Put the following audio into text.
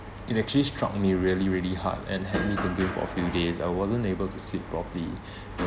it actually struck me really really hard and had me been thinking for a few days I wasn't able to sleep properly